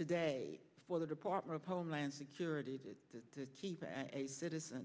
today for the department of homeland security to keep a citizen